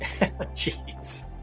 Jeez